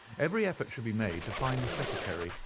every effort should be made to find the secretary,